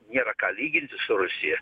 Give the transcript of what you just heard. nėra ką lyginti su rusija